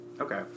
okay